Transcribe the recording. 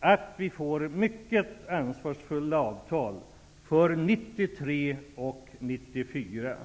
att vi får mycket ansvarsfulla avtal för 1993 och 1994.